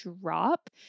drop